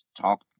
talk